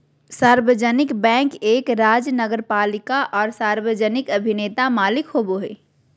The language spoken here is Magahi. सार्वजनिक बैंक एक राज्य नगरपालिका आर सार्वजनिक अभिनेता मालिक होबो हइ